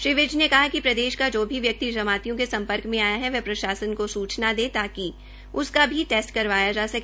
श्री विज ने कहा कि प्रदेश का जो भी व्यक्ति जमातियों के सम्पर्क में आया है वह प्रशासन को सूचना करें ताकि उसका टैस्ट करवाया जा सके